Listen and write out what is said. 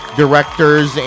directors